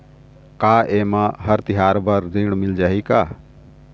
का ये मा हर तिहार बर ऋण मिल जाही का?